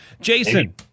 jason